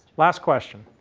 last question.